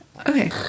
Okay